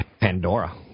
Pandora